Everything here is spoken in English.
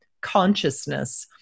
consciousness